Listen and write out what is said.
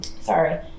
sorry